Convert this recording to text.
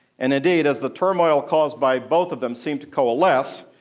and indeed, as the turmoil caused by both of them seemed to coalesce,